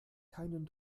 keinen